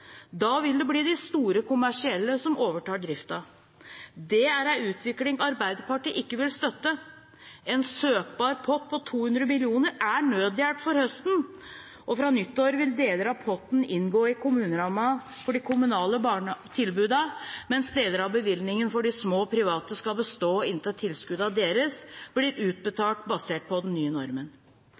Da vil det bli de store kommersielle som overtar driften. Det er en utvikling Arbeiderpartiet ikke vil støtte. En søkbar pott på 200 mill. kr er nødhjelp for høsten, og fra nyttår vil deler av potten inngå i kommunerammen for de kommunale barnehagetilbudene, mens deler av bevilgningen for de små private skal bestå inntil tilskuddene deres blir utbetalt basert på den nye normen.